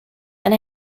and